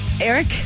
Eric